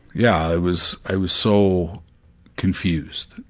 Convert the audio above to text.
yeah. i was, i was so confused.